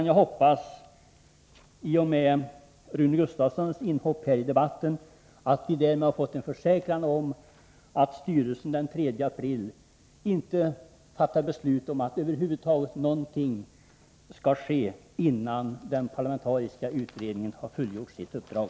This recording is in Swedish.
Jag hoppas i stället att vi, i och med Rune Gustavssons inhopp i debatten, har fått en försäkran om att styrelsen den 3 april över huvud taget inte kommer att fatta beslut om några åtgärder innan den parlamentariska utredningen har fullgjort sitt uppdrag.